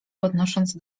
podnosząc